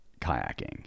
kayaking